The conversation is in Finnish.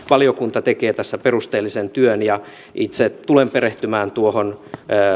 valiokunta tekee tässä perusteellisen työn itse tulen perehtymään tuohon